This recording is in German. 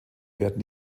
werden